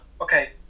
okay